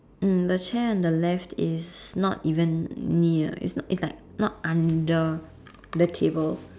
mm the chair on the left is not even near it's not it's like not under the table